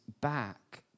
back